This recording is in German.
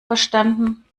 verstanden